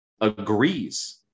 agrees